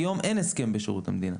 היום אין הסכם בשירות המדינה.